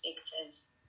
perspectives